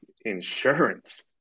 insurance